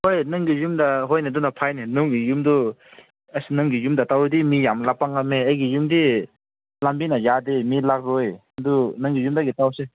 ꯍꯣꯏ ꯅꯪꯒꯤ ꯌꯨꯝꯗ ꯍꯣꯏꯅꯦ ꯑꯗꯨꯅ ꯐꯩꯌꯦꯅꯦ ꯅꯪꯒꯤ ꯌꯨꯝꯗꯨ ꯑꯁ ꯅꯪꯒꯤ ꯌꯨꯝꯗ ꯇꯧꯔꯗꯤ ꯃꯤ ꯌꯥꯝ ꯂꯥꯛꯄ ꯉꯝꯃꯦ ꯑꯩꯒꯤ ꯌꯨꯝꯗꯤ ꯂꯝꯕꯤꯅ ꯌꯥꯗꯦ ꯃꯤ ꯂꯥꯛꯂꯣꯏ ꯑꯗꯨ ꯅꯪꯒꯤ ꯌꯨꯝꯗꯒꯤ ꯇꯧꯁꯦ